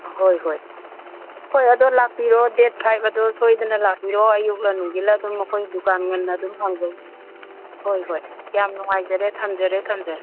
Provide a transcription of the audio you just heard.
ꯑꯥ ꯍꯣꯏ ꯍꯣꯏ ꯍꯣꯏ ꯑꯗꯣ ꯂꯥꯛꯄꯤꯔꯣ ꯗꯦꯠ ꯐꯥꯏꯕ ꯑꯗꯣ ꯁꯣꯏꯗꯅ ꯂꯥꯛꯄꯤꯔꯣ ꯑꯌꯨꯛꯂ ꯅꯨꯡꯗꯤꯜꯂ ꯑꯗꯨꯝ ꯑꯩꯈꯣꯏ ꯗꯨꯀꯥꯟ ꯉꯟꯅ ꯑꯗꯨꯝ ꯍꯥꯡꯖꯩ ꯍꯣꯏ ꯍꯣꯏ ꯌꯥꯝ ꯅꯨꯡꯉꯥꯏꯖꯔꯦ ꯊꯝꯖꯔꯦ ꯊꯝꯖꯔꯦ